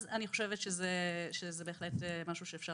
אז אני חושבת שזה בהחלט משהו שאפשר